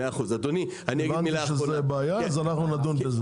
הבנתי שזאת בעיה, אנחנו נדון בזה.